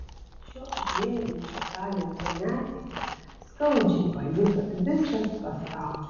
šio žėrinčio talento netektį skaudžiai pajuto visas pasaulis